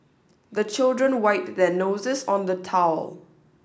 the children wipe their noses on the towel